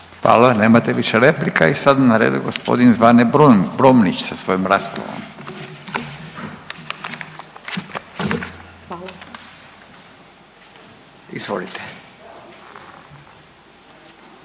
Hvala, nemate više replika. I sad je na redu g. Zvane Brumnić sa svojom raspravom. Izvolite.